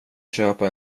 köpa